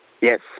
yes